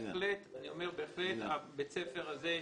בהחלט בית הספר הזה,